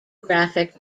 graphic